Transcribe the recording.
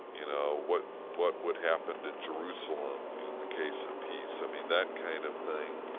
you know, what what would happen to jerusalem in the case of peace? i mean, that kind of thing,